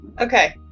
Okay